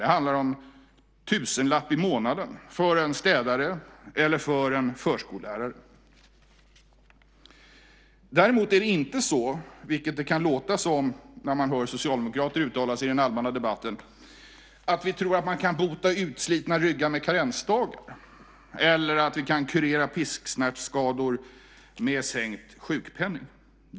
Det handlar om en tusenlapp i månaden för en städare eller en förskolelärare. Däremot är det inte så, vilket det kan låta som när man hör socialdemokrater uttala sig i den allmänna debatten, att vi tror att man kan bota utslitna ryggar med karensdagar eller att man kan kurera pisksnärtskador med sänkt sjukpenning.